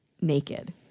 naked